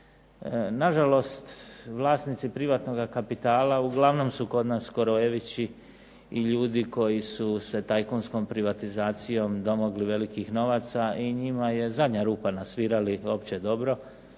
Nažalost, vlasnici privatnoga kapitala uglavnom su kod nas skorojevići i ljudi koji su se tajkunskom privatizacijom domogli velikih novaca i njima je zadnja rupa na svirali opće dobro.